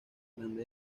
grande